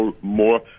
more